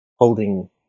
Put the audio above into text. holding